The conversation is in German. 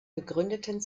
gegründeten